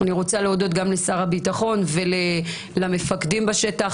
אני רוצה להודות לשר הביטחון ולמפקדים בשטח,